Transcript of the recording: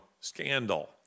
scandal